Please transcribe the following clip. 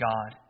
God